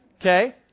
okay